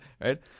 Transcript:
Right